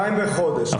200 בחודש.